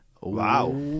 Wow